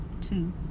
two